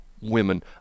women